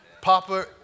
Papa